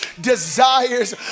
desires